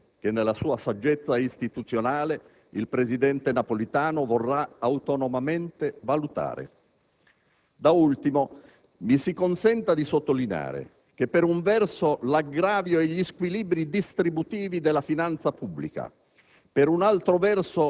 altre soluzioni che, nella sua saggezza istituzionale, il presidente Napolitano vorrà autonomamente valutare. Da ultimo, mi si consenta di sottolineare che, per un verso, l'aggravio e gli squilibri distributivi della finanza pubblica,